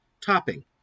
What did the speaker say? Topping